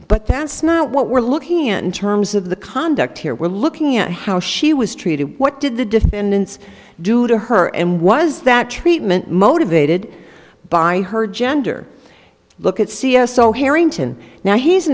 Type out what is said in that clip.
but that's not what we're looking in terms of the conduct here we're looking at how she was treated what did the defendants do to her and was that treatment motivated by her gender look at c s o harrington now he's